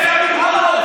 סער.